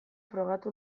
frogatu